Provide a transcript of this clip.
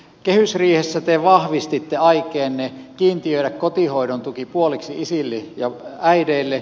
kehysriihessä te vahvistitte aikeenne kiintiöidä kotihoidon tuki puoliksi isille ja äideille